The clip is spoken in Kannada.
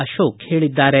ಅಶೋಕ್ ಹೇಳಿದ್ದಾರೆ